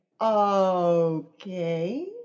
okay